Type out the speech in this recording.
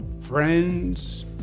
friends